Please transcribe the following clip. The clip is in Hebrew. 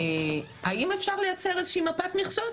האם אפשר לייצר איזושהי מפת מכסות,